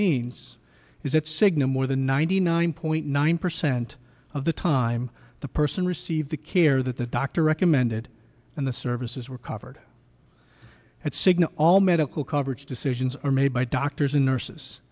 means is that cigna more than ninety nine point nine percent of the time the person receive the care that the doctor recommended and the services were covered at cigna all medical coverage decisions are made by doctors and nurses